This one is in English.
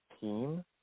team